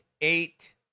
eight